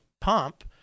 pump